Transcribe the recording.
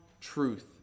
truth